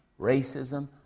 racism